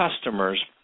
customers